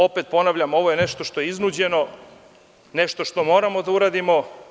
Opet ponavljam, ovo je nešto što je iznuđeno, nešto što moramo da uradimo.